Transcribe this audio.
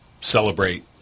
celebrate